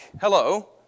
Hello